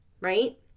Right